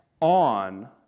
on